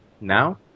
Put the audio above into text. Now